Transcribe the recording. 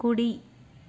కుడి